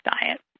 diet